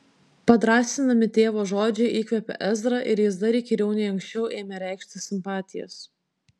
padrąsinami tėvo žodžiai įkvėpė ezrą ir jis dar įkyriau nei anksčiau ėmė reikšti simpatijas